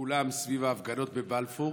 כולם סביב ההפגנות בבלפור,